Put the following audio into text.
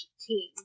team